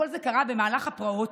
כל זה קרה במהלך הפרעות,